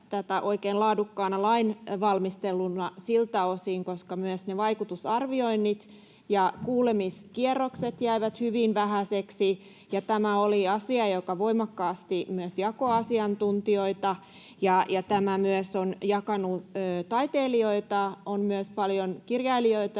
oikein laadukkaana lain valmisteluna siltä osin, koska myös ne vaikutusarvioinnit ja kuulemiskierrokset jäivät hyvin vähäisiksi. Tämä oli asia, joka voimakkaasti myös jakoi asiantuntijoita, ja tämä on jakanut myös taiteilijoita. On myös paljon kirjailijoita,